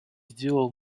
сделал